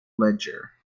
ledger